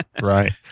Right